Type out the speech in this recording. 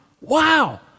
wow